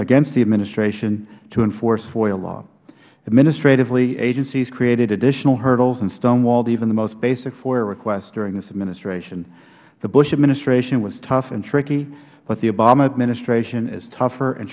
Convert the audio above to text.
against the administration to enforce foia law administratively agencies created additional hurdles and stonewalled even the most basic foia request during this administration the bush administration was tough and tricky but the obama administration is tougher and